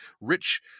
rich